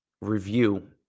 review